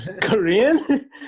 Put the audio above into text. Korean